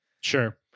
Sure